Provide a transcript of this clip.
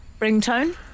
Ringtone